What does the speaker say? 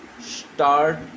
start